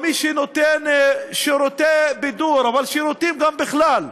או מי שנותן שירותי בידור, אבל שירותים גם בכלל,